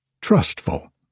trustful